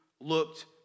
looked